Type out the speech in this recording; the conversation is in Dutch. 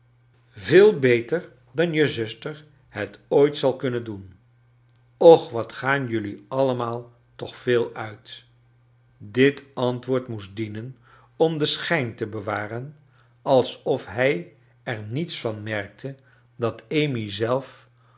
veel beter dan je zuster het ooit zal kunnen doen och wat gaan jullie allemaai toch veel uit j it antwoord moest dienen om den schijn te bewaren alsof hij er niets van merkte dat amy zelf